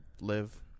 live